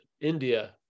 India